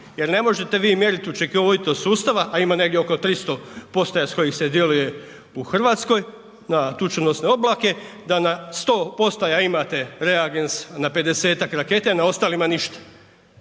jer ne možete vi mjeriti učinkovitost sustava, a ima negdje oko 300 postaja s kojih se djeluje u RH na tučenosne oblake, da na 100 postaja imate reagens na 50-tak raketa i na ostalima ništa,